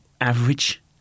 average